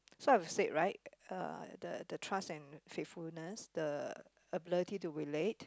so I've said right uh the the trust and faithfulness the ability to relate